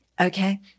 Okay